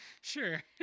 Sure